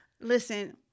Listen